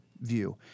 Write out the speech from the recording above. view